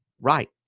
right